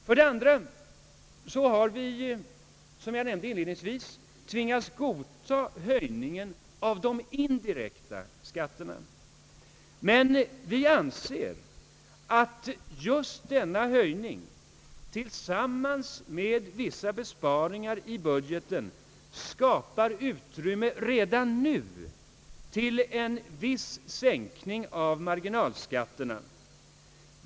För det andra har vi, som jag nämnde inledningsvis, tvingats godta höjningen av de indirekta skatterna. Men vi anser att just denna höjning tillsammans med vissa besparingar i budgeten skapar utrymme redan nu för en viss sänkning av marginalskatterna.